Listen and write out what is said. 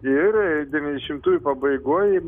ir devyniasdešimtųjų pabaigoj